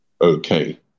okay